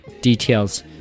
details